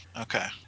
Okay